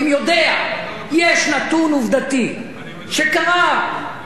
יש נתון עובדתי שקרה בשנה האחרונה.